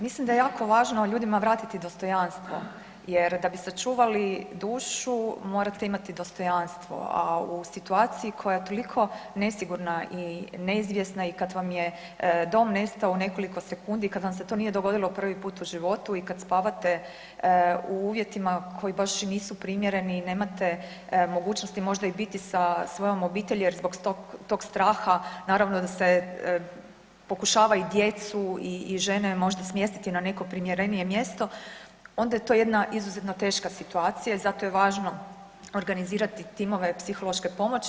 Mislim da je jako važno ljudima vratiti dostojanstvo jer da bi sačuvali dušu morate imati dostojanstvo, a u situaciji koja je toliko nesigurna i neizvjesna, i kada vam je dom nestao u nekoliko sekundi kada vam se to nije dogodilo prvi put u životu, i kada spavate u uvjetima koji baš i nisu primjereni, i nemate mogućnosti možda i biti možda sa svojom obitelji jer zbog tog straha naravno da se pokušava i djecu i žene možda smjestiti na neko primjerenije mjesto onda je to jedna izuzetno teška situacija i zato je važno organizirati timove psihološke pomoći.